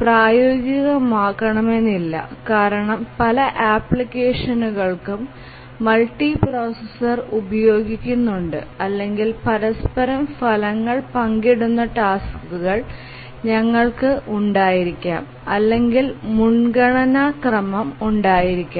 പ്രായോഗികമാകണമെന്നില്ല കാരണം പല ആപ്ലിക്കേഷനുകൾക്കും മൾട്ടിപ്രൊസസ്സർ ഉപയോഗിക്കുന്നുണ്ട് അല്ലെങ്കിൽ പരസ്പരം ഫലങ്ങൾ പങ്കിടുന്ന ടാസ്ക്കുകൾ ഞങ്ങൾക്ക് ഉണ്ടായിരിക്കാം അല്ലെങ്കിൽ മുൻഗണനാ ക്രമം ഉണ്ടായിരിക്കാം